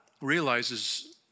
realizes